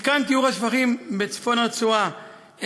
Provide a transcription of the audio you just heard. מתקן טיהור השפכים בצפון הרצועה, NGEST,